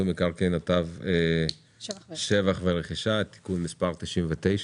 מקרקעין (שבח ורכישה) (תיקון מס' 99),